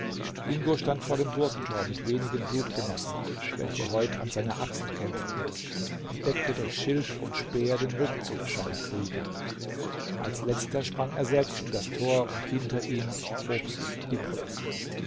ingo stand vor dem burgtor mit wenigen blutgenossen welche heut an seiner achsel kämpften und deckte durch schild und speer den rückzug seiner krieger als letzter sprang er selbst in das tor und hinter ihm hob sich die brücke